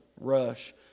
Rush